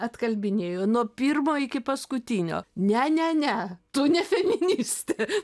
atkalbinėjo nuo pirmo iki paskutinio ne ne ne tu nefeministė